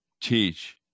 teach